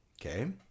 Okay